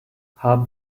haben